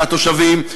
ומהתושבים,